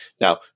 now